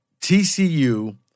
TCU